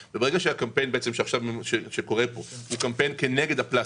שהקמפיין שקורה פה הוא קמפיין כנגד הפלסטיק,